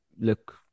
look